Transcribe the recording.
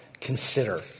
consider